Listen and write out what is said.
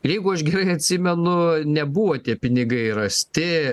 jeigu aš gerai atsimenu nebuvo tie pinigai rasti